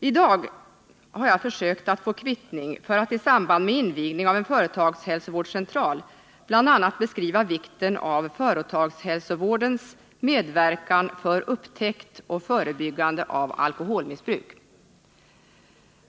I dag har jag försökt att få kvittning för att i samband med invigningen av en företagshälsovårdscentral bl.a. beskriva vikten av företagshälsovårdens medverkan för upptäckande och förebyggande av alkoholmissbruk.